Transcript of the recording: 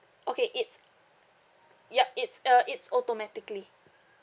okay it's yup it's uh it's automatically